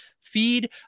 feed